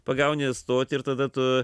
pagauni stotį ir tada tu